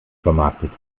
vermarktet